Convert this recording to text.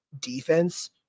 defense